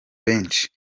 benshi